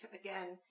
again